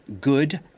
good